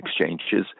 exchanges